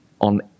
on